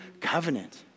covenant